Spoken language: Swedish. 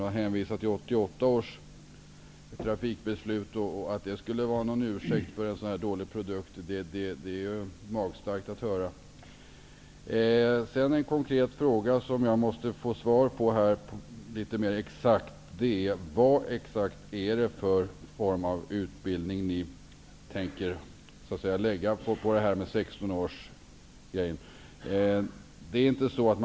Att hänvisa till 1988 års trafikbeslut som en ursäkt för en sådan här dålig produkt, det är magstarkt att höra. Jag skulle litet mer exakt vilja få svar på vad det är för slags utbildning som ni tänker er när det gäller övningskörning för den som fyllt 16 år.